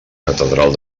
catedral